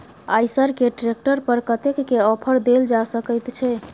आयसर के ट्रैक्टर पर कतेक के ऑफर देल जा सकेत छै?